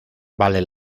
vale